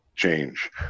Change